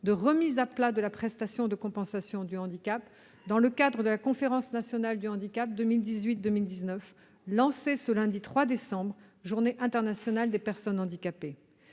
de remise à plat de la prestation de compensation du handicap, dans le cadre de la conférence nationale du handicap 2018-2019 lancée lundi dernier, 3 décembre, journée internationale des personnes handicapées.